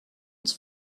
its